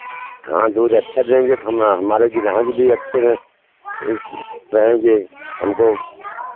हाँ दूध अच्छा देंगे तो हमा हमारे ग्राहक भी अच्छे रहेंगे हमको